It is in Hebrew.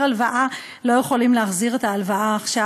הלוואה לא יכולים להחזיר את ההלוואה עכשיו.